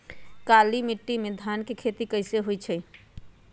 काली माटी में धान के खेती कईसे होइ छइ?